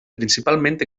principalment